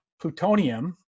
plutonium